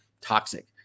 toxic